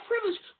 privilege